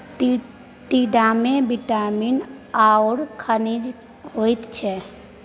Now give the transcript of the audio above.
टिंडामे विटामिन आओर खनिज होइत छै